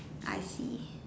I see